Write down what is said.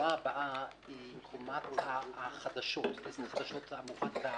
הקומה הבאה היא קומת החדשות והאולפנים,